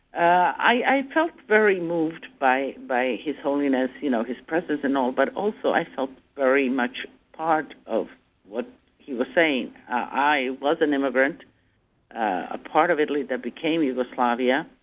i felt very moved by by his holiness, you know his presence and all. but also i felt very much part of what he was saying. i was an immigrant from a part of italy that became yugoslavia.